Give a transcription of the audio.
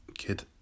Kid